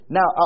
Now